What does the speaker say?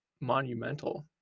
monumental